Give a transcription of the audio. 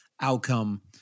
outcome